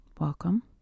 Welcome